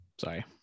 Sorry